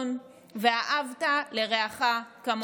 ראשון "ואהבת לרעך כמוך".